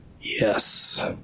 Yes